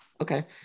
Okay